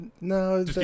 no